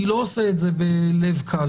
אני לא עושה את זה בלב קל.